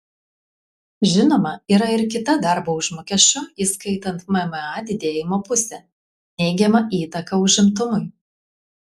žinoma yra ir kita darbo užmokesčio įskaitant mma didėjimo pusė neigiama įtaka užimtumui